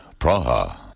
Praha